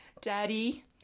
daddy